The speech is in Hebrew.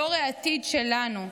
דור העתיד שלנו,